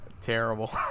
terrible